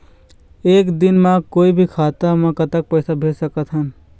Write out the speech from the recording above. एक दिन म कोई भी खाता मा कतक पैसा भेज सकत हन?